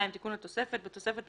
תיקון התוספת 2. בתוספת,